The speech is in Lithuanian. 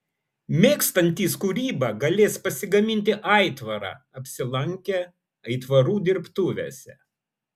mėgstantys kūrybą galės pasigaminti aitvarą apsilankę aitvarų dirbtuvėse